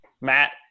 Matt